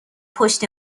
پشت